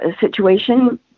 situation